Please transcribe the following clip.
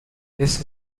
this